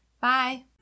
Bye